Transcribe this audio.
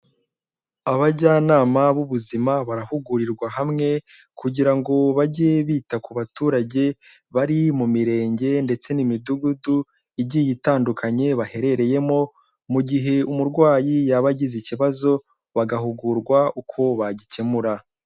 Abajyanama b'ubuzima barahugurirwa hamwe kugira ngo bajye bita ku baturage bari mu mirenge ndetse n'imidugudu igiye itandukanye baherereyemo, mu gihe umurwayi yaba agize ikibazo bagahugurwa uko bagikemura.